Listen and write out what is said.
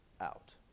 out